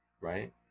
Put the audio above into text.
right